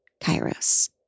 Kairos